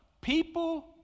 people